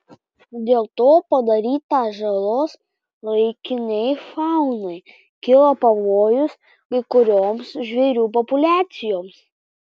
dėl to padaryta žalos laikinei faunai kilo pavojus kai kurioms žvėrių populiacijoms